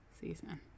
season